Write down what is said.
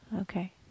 Okay